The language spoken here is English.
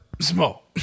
small